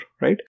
right